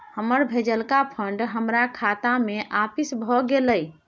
हमर भेजलका फंड हमरा खाता में आपिस भ गेलय